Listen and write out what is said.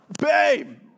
babe